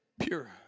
pure